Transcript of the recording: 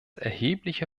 erhebliche